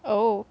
oh